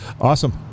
awesome